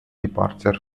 departure